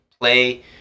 play